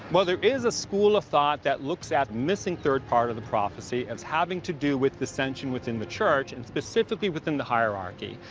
well, there is a school of thought that looks at the missing third part of the prophecy as having to do with dissension within the church and specifically within the hierarchy.